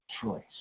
choice